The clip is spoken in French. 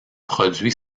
produit